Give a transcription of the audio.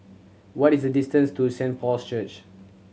what is the distance to Saint Paul's Church